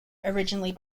originally